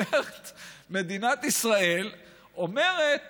מדינת ישראל אומרת